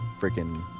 freaking